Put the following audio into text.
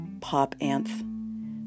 pop-anth